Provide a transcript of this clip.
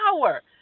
power